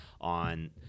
on